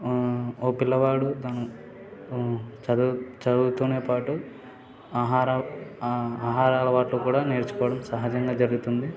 ఓ పిల్లవాడు తను చదువు చదువుతూనే పాటు ఆహారపు ఆహార అలవాట్లు కూడా నేర్చుకోవడం సహజంగా జరుగుతుంది